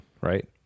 right